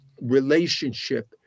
relationship